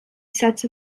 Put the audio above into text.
sets